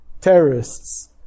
terrorists